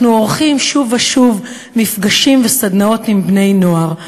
אנחנו עורכים שוב ושוב מפגשים וסדנאות עם בני-נוער,